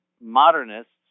modernists